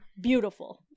Beautiful